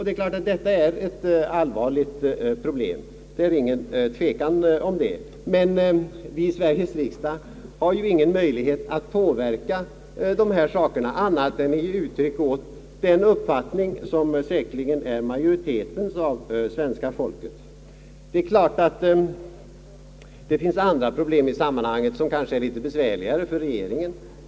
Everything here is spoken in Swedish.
Det är givet att detta är ett allvarligt problem, det är ingen tvekan om den saken. Vi i Sveriges riksdag har ju ingen möjlighet att påverka detta förhållande. Vi kan bara ge uttryck åt den uppfattning som sannolikt omfattas av majoriteten av det svenska folket. Det finns givetvis andra problem, som är än besvärligare för regeringen.